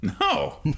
No